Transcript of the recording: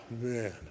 man